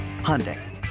Hyundai